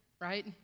right